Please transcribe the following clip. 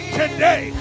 today